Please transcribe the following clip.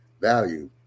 value